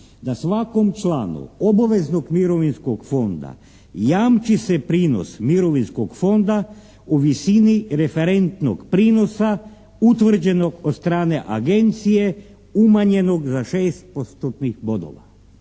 da svakom članu obaveznog mirovinskog fonda jamči se prinos mirovinskog fonda u visini referentnog prinosa utvrđenog od strane Agencije umanjenog za 6 postotnih bodova.